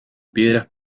piedras